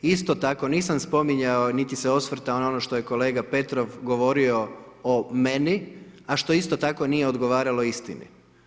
Isto tako nisam spominjao niti se osvrtao na ono što je kolega Petrov govorio o meni, a što isto tako nije odgovaralo istini.